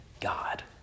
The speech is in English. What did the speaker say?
God